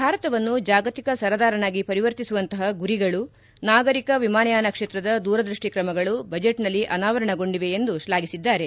ಭಾರತವನ್ನು ಜಾಗತಿಕ ಸರದಾರನಾಗಿ ಪರಿವರ್ತಿಸುವಂತಹ ಗುರಿಗಳು ನಾಗರಿಕ ವಿಮಾನಯಾನ ಕ್ಷೇತ್ರದ ದೂರದ್ಯಷ್ಟಿ ತ್ರಮಗಳು ಬಜೆಟ್ನಲ್ಲಿ ಅನಾವರಣಗೊಂಡಿವೆ ಎಂದು ಅವರು ಶ್ಲಾಘಿಸಿದ್ದಾರೆ